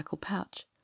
pouch